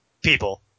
People